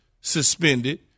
suspended